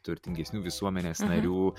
turtingesnių visuomenės narių